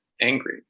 angry